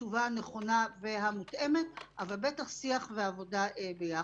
התשובה הנכונה והמותאמת, אבל בטח שיח ועבודה ביחד.